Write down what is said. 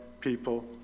people